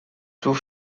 tout